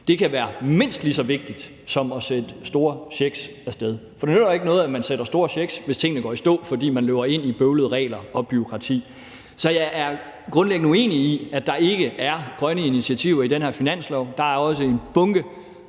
Det kan være mindst lige så vigtigt som at sende store checks af sted. For det nytter ikke noget, at man sender store checks, hvis tingene går i stå, fordi man løber ind i bøvlede regler og bureaukrati. Så jeg er grundlæggende uenig i, at der ikke er grønne initiativer i den her finanslov. Der er en bunke